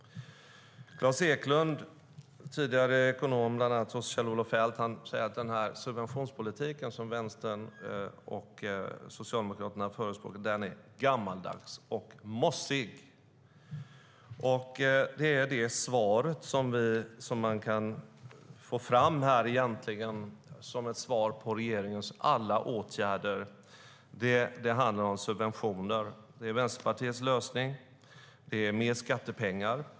Klas Eklund, tidigare ekonom bland annat hos Kjell-Olof Feldt, säger att den subventionspolitik som Vänstern och Socialdemokraterna förespråkar är gammaldags och mossig. Men det svar man kan få fram här, som ett svar på regeringens alla åtgärder, är: Det handlar om subventioner. Vänsterpartiets lösning är mer skattepengar.